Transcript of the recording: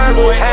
boy